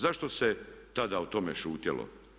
Zašto se tada o tome šutjelo?